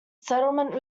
settlement